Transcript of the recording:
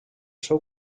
seu